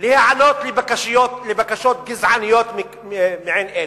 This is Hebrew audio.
להיענות לבקשות גזעניות מעין אלה,